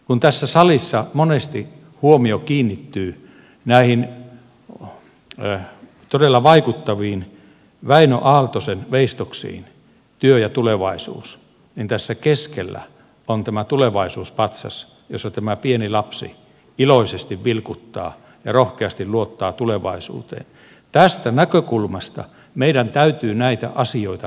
kun tässä salissa monesti huomio kiinnittyy näihin todella vaikuttaviin wäinö aaltosen veistoksiin työ ja tulevaisuus ja tässä keskellä on tämä tulevaisuus patsas jossa tämä pieni lapsi iloisesti vilkuttaa ja rohkeasti luottaa tulevaisuuteen niin tästä näkökulmasta meidän täytyy näitä asioita hoitaa